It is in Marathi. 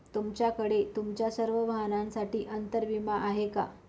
तुमच्याकडे तुमच्या सर्व वाहनांसाठी अंतर विमा आहे का